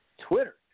Twitter